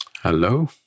Hello